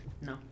no